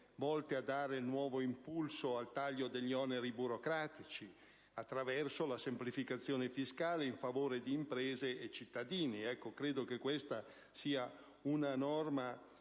volte a dare nuovo impulso al taglio degli oneri burocratici attraverso la semplificazione fiscale in favore di imprese e cittadini. Credo che questa sia una volontà